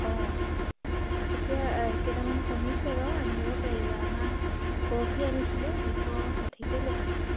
অঁ এতিয়া কেইটামান কমিছে বাৰু আনিব পাৰিবা আমাৰ পৰহি আনিছিলোঁ দুশ ষাঠিকৈ লৈছে